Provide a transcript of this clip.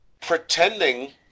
Pretending